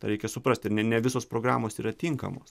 tą reikia suprasti ne visos programos yra tinkamos